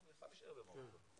הוא יכל להישאר במרוקו.